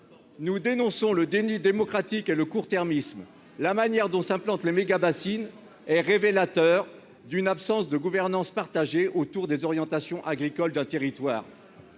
nous dénonçons le déni démocratique et le court-termisme, la manière dont s'implante les mégabassine est révélateur d'une absence de gouvernance partagée autour des orientations agricoles d'un territoire